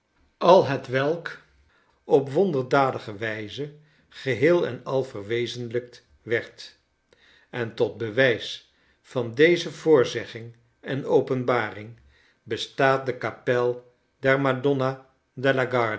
onderhouden alhetwelk op wonderdadige wijze geheel en al verwezenlijkt werd en tot bewijs van deze voorzegging en openbaring bestaat de kapel der madonna